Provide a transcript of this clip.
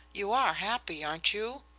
you are happy, aren't you?